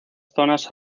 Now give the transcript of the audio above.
zonas